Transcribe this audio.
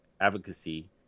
advocacy